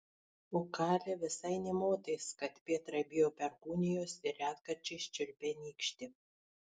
o kali visai nė motais kad petra bijo perkūnijos ir retkarčiais čiulpia nykštį